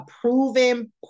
proven